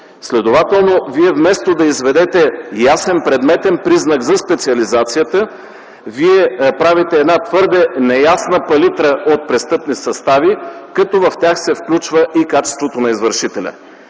Следователно вие вместо да изведете ясен предметен признак за специализацията, вие правите една твърде неясна палитра от престъпни състави като в тях се включва и качеството на извършителя.